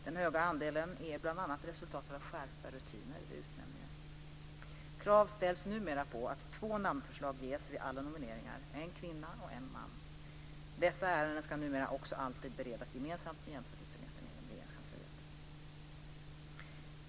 Den höga andelen är bl.a. resultatet av skärpta rutiner vid utnämningar. Krav ställs numera på att två namnförslag ges vid alla nomineringar, en kvinna och en man. Dessa ärenden ska numera alltid beredas gemensamt med jämställdhetsenheten inom Regeringskansliet.